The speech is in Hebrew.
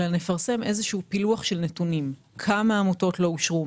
אלא נפרסם פילוח של נתונים כמה עמותות לא אושרו,